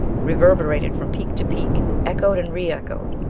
reverberated from peak to peak, echoed and re-echoed,